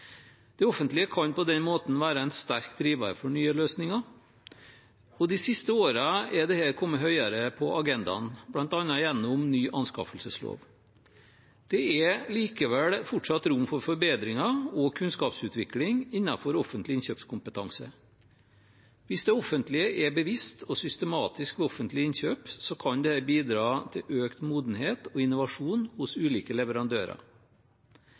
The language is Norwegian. Det offentlige kan på den måten være en sterk driver for nye løsninger. De siste årene er dette kommet høyere på agendaen, bl.a. gjennom ny anskaffelseslov. Det er likevel fortsatt rom for forbedringer og kunnskapsutvikling innenfor offentlig innkjøpskompetanse. Hvis det offentlige er bevisst og systematisk ved offentlige innkjøp, kan dette bidra til økt modenhet og innovasjon hos ulike leverandører.